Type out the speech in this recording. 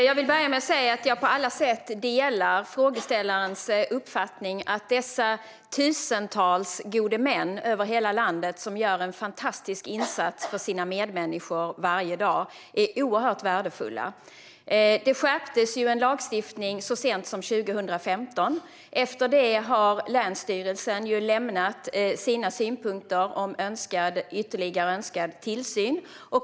Fru talman! Jag delar på alla sätt frågeställarens uppfattning att de tusentals gode män över hela landet som gör en fantastisk insats för sina medmänniskor varje dag är oerhört värdefulla. Lagstiftningen skärptes så sent som 2015. Efter det har länsstyrelserna lämnat sina synpunkter om önskad ytterligare tillsyn.